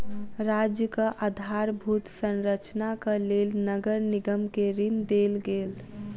राज्यक आधारभूत संरचनाक लेल नगर निगम के ऋण देल गेल